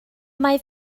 mae